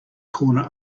corner